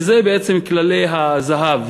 וזה בעצם כללי הזהב,